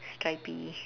stripy